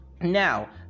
Now